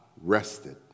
rested